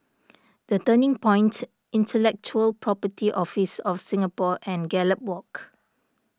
the Turning Point Intellectual Property Office of Singapore and Gallop Walk